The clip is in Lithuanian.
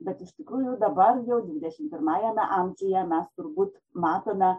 bet iš tikrųjų dabar jau dvidešimt pirmajame amžiuje mes turbūt matome